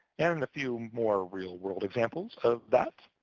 and in a few more real-world examples of that,